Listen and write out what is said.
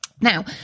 Now